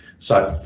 so